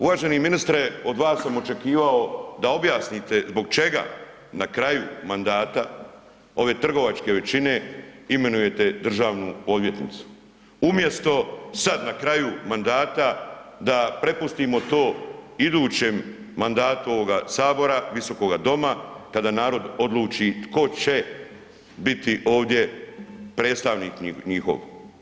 Uvaženi ministre od vas sam očekivao da objasnite zbog čega na kraju mandata ove trgovačke većine imenujete državnu odvjetnicu, umjesto sad na kraju mandata da prepustimo to idućem mandatu ovoga sabora, visokoga doma, kada narod odluči tko će biti ovdje predstavnik njihov.